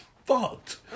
fucked